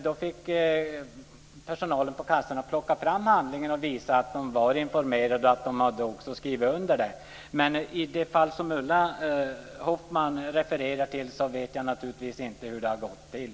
Då fick personalen på kassorna plocka fram handlingen och visa att de var informerade och att de också hade skrivit under. Men i de fall som Ulla Hoffmann refererar till vet jag naturligtvis inte hur det har gått till.